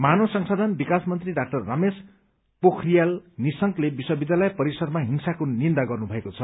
मानव संशाधन विकास मन्त्री डा रमेश पोखरियाल निशंकले विश्वविद्यालय परिसरमा हिंसाको निन्दा गर्नुभएको छ